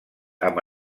amb